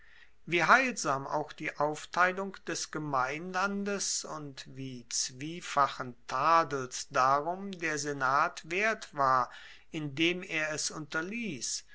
wie heilsam auch die aufteilung des gemeinlandes und wie zwiefachen tadels darum der senat wert war indem er es